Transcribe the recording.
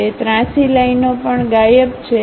તે ત્રાંસી લાઇનો પણ ગાયબ છે